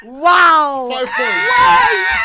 Wow